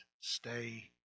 stay